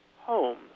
homes